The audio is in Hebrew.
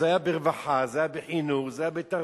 זה היה ברווחה, זה היה בחינוך, זה היה בתרבות.